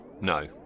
No